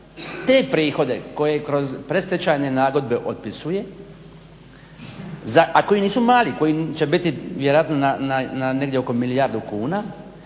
te prihode koji kroz predstečajne nagodbe otpisuje a koji nisu mali, koji će biti vjerojatno na negdje oko milijardu kuna